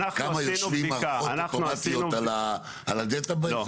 כמה יושבים מערכות אוטומטיות על ---?